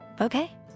okay